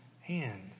hand